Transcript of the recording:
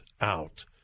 Out